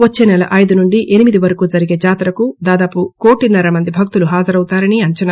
వచ్చే నెల ఐదు నుంచి ఎనిమిది వరకు జరిగే జాతరకు దాదాపు కోటిన్నర మంది భక్తులు హాజరవుతారని అంచనా